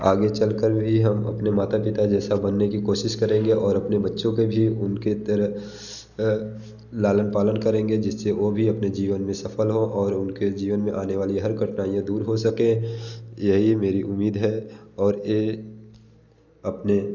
आगे चल कर भी हम अपने माता पिता जैसा बनने की कोशिश करेंगे और अपने बच्चों का भी उनकी तरह लालन पालन करेंगे जिससे वो जिससे वो भी अपने जीवन में सफल हों और उनके जीवन में आने वाली हर कठिनाइयाँ दूर हो सके यही मेरी उम्मीद है और ये अपने